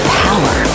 power